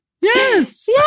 yes